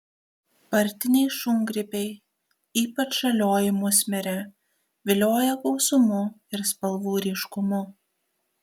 partiniai šungrybiai ypač žalioji musmirė vilioja gausumu ir spalvų ryškumu